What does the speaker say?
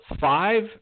five